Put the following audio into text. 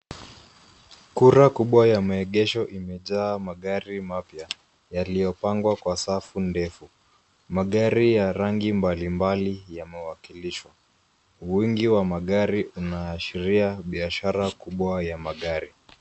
Kura kubwa ya maegesho imejaa magari mapya yaliyopangwa kwa safu ndefu. Magari ya rangi mbalimbali yamewakilishwa. Uwingi wa magari unaashiria biashara kubwa ya magari.